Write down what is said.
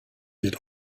wird